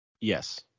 Yes